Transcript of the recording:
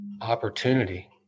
opportunity